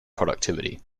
productivity